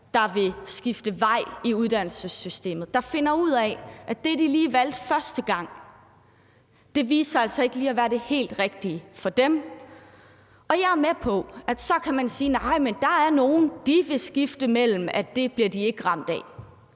der vil skifte vej i uddannelsessystemet, altså dem, som finder ud af, at det, de valgte første gang, altså viste sig ikke at være det helt rigtige for dem. Jeg er med på, at så kan man sige: Men der er nogle, der vil skifte, som ikke bliver ramt af